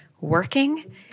working